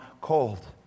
cold